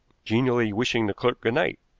genially wishing the clerk good night.